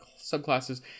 subclasses